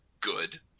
good